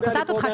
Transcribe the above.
אני קוטעת אותך,